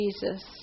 Jesus